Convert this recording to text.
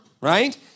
right